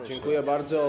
Dziękuję bardzo.